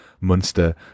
Munster